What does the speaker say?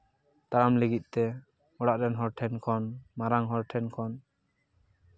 ᱛᱟᱲᱟᱢ ᱞᱟᱹᱜᱤᱫ ᱛᱮ ᱚᱲᱟᱜ ᱨᱮᱱ ᱦᱚᱲ ᱴᱷᱮᱱ ᱠᱷᱚᱱ ᱢᱟᱨᱟᱝ ᱦᱚᱲ ᱴᱷᱮᱱ ᱠᱷᱚᱱ